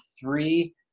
three